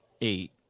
eight